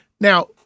Now